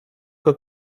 que